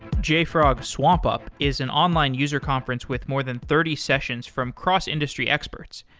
jfrog swampup is an online user conference with more than thirty sessions from cross-industry expert,